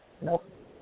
Nope